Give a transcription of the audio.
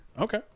Okay